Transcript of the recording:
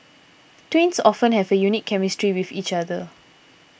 twins often have a unique chemistry with each other